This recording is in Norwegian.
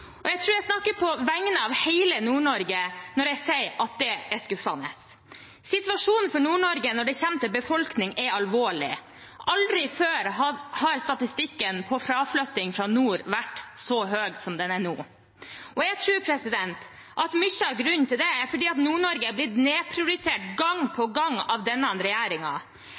Jeg tror jeg snakker på vegne av hele Nord-Norge når jeg sier det er skuffende. Situasjonen for Nord-Norge når det kommer til befolkning, er alvorlig. Aldri før har statistikken for fraflytting fra nord vært så høy som den er nå. Jeg tror at mye av grunnen til det er fordi Nord-Norge har blitt nedprioritert gang på gang av denne